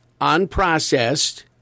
unprocessed